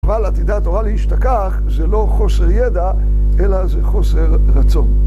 אבל עתידה התורה להשתכח, זה לא חוסר ידע, אלא זה חוסר רצון.